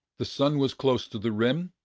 the sun was close to the rim,